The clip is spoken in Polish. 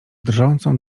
drżącą